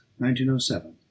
1907